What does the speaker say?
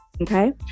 okay